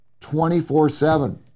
24-7